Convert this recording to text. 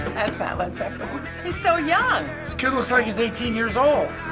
that's not led zeppelin. he's so young. this kid looks like he's eighteen years old.